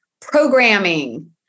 programming